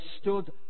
stood